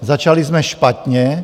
Začali jsme špatně.